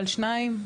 על שניים,